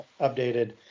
updated